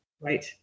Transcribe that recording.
Right